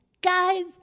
Guys